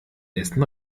essen